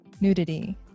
nudity